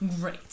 great